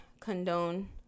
condone